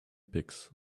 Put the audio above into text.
picks